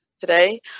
today